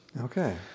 Okay